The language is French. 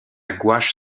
gouache